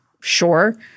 sure